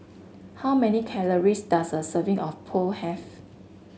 how many calories does a serving of Pho have